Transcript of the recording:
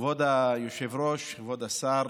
כבוד היושב-ראש, כבוד השר,